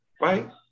right